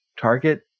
Target